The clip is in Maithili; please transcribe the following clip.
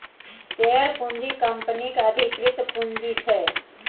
शेयर पूँजी कंपनीक अधिकृत पुंजी छै